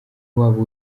wabo